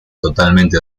totalmente